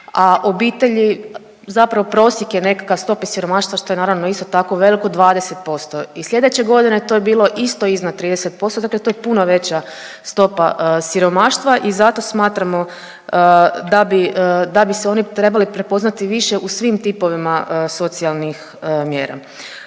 a obitelji, zapravo prosjek je nekakav o stopi siromaštva, što je naravno isto tako velik u 20% i slijedeće godine to je bilo isto iznad 30%, dakle to je puno veća stopa siromaštva i zato smatramo da bi, da bi se oni trebali prepoznati više u svim tipovima socijalnih mjera.